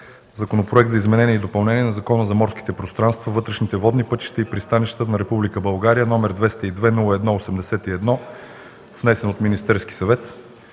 Законопроект за изменение и допълнение на Закона за морските пространства, вътрешните водни пътища и пристанищата на Република България, № 202-01-81, внесен от Министерския съвет